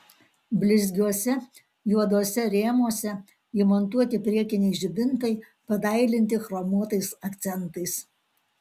blizgiuose juoduose rėmuose įmontuoti priekiniai žibintai padailinti chromuotais akcentais